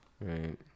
Right